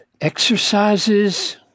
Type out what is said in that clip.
exercises